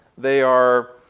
they are,